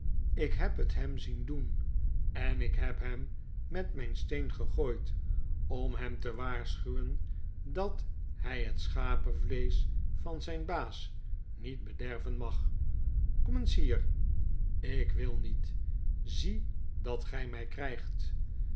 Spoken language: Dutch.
ik heb het hem zien doen en ik heb hem met mfln steen gegooid om hem te waarschuwen dat hy het schapenvleesch van zijn baas niet bederven mag k om eens hier ik wil niet zie dat gij mg krygtl